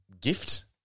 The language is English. gift